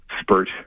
spurt